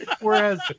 Whereas